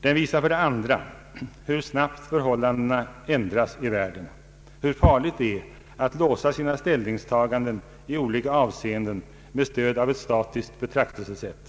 Den visar för det andra hur snabbt förhållandena ändras i världen och hur farligt det är att låsa sina ställningstaganden i olika avseenden med stöd av ett statistiskt betraktelsesätt.